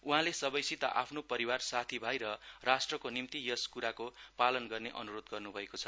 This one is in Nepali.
उहाँले सबैसित फ्नो परिवार साथी भाई र राष्ट्रको निम्ति यस कुराको पालन गर्ने अनुरोध गर्नुभएको छ